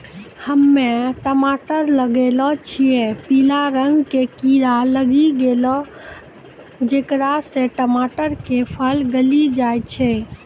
हम्मे टमाटर लगैलो छियै पीला रंग के कीड़ा लागी गैलै जेकरा से टमाटर के फल गली जाय छै?